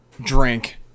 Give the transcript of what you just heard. drink